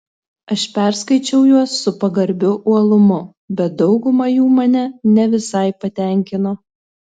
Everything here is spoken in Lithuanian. aš perskaičiau juos su pagarbiu uolumu bet dauguma jų mane ne visai patenkino